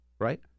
right